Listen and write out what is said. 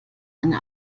eine